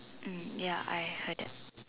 mm ya I heard that